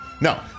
no